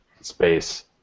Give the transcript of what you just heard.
space